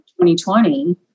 2020